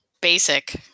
basic